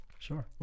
Sure